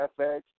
FX